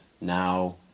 now